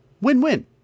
Win-win